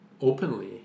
openly